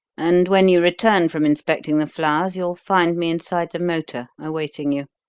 and when you return from inspecting the flowers you will find me inside the motor awaiting you.